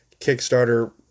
Kickstarter